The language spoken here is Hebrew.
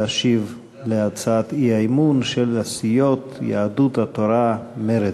להשיב על הצעת האי-אמון של הסיעות יהדות התורה ומרצ.